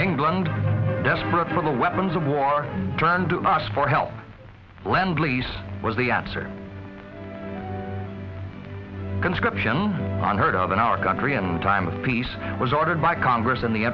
england desperate for the weapons of war turned to ask for help lend lease was the answer conscription unheard of in our country and time of peace was ordered by congress in the